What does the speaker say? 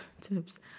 tips